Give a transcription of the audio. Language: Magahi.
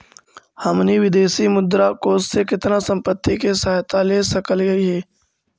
हमनी विदेशी मुद्रा कोश से केतना संपत्ति के सहायता ले सकलिअई हे?